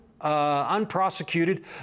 unprosecuted